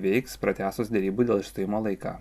veiks pratęsus derybų dėl išstojimo laiką